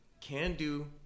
can-do